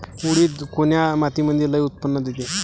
उडीद कोन्या मातीमंदी लई उत्पन्न देते?